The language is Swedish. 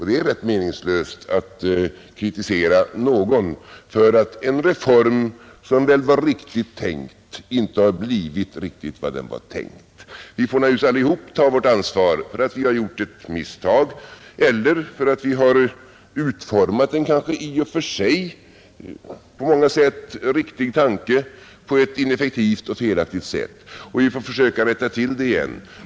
Det är rätt meningslöst att kritisera någon speciell person för att en reform, som väl var riktigt tänkt, inte har blivit riktigt som den var tänkt. Vi får naturligtvis allesammans ta vårt ansvar för att vi har gjort ett misstag eller för att vi har utformat en kanske i och för sig på många sätt riktig tanke ineffektivt och felaktigt, och vi får försöka rätta till misstaget.